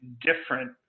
different